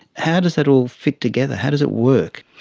how does that all fit together? how does it work?